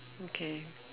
okay